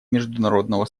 международного